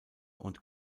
und